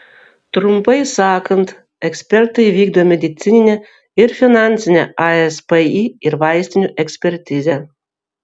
trumpai sakant ekspertai vykdo medicininę ir finansinę aspį ir vaistinių ekspertizę